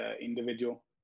individual